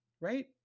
Right